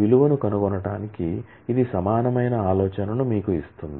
విలువను కనుగొనటానికి ఇది సమానమైన ఆలోచనను మీకు ఇస్తుంది